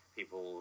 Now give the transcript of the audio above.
people